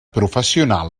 professional